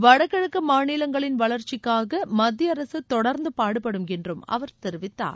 வடகிழக்கு மாநிலங்களின் வளர்ச்சிக்காக மத்திய அரசு தொடர்ந்து பாடுபடும் என்றும் அவர் தெரிவித்தார்